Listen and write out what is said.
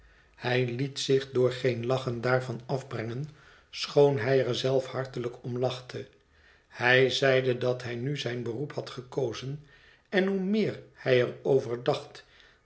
hij liet zich door geen lachen daarvan afbrengen schoon hij er zelf hartelijk om lachte hij zeide dat hij nu zijn beroep had gekozen en hoe meer hij er over dacht